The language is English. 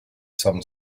some